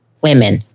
women